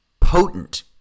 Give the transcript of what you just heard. potent